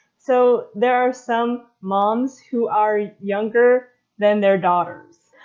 so there are some moms who are younger than their daughters.